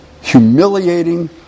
humiliating